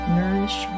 nourish